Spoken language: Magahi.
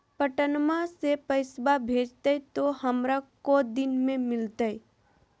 पटनमा से पैसबा भेजते तो हमारा को दिन मे मिलते?